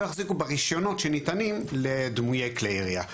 יחזיקו ברישיונות שניתנים לדמויי כלי ירייה.